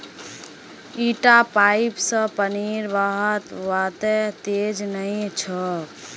इटा पाइप स पानीर बहाव वत्ते तेज नइ छोक